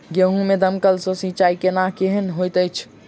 गेंहूँ मे दमकल सँ सिंचाई केनाइ केहन होइत अछि?